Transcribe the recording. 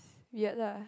weird lah